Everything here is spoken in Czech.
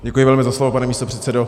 Děkuji velmi za slovo, pane místopředsedo.